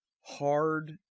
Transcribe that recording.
hard